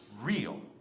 real